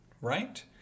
right